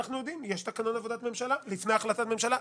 ואנחנו הרי יודעים שיש תקנון עבודת ממשלה שלפיו צריך